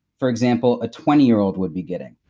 for example, a twenty year old would be getting.